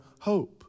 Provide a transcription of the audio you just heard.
hope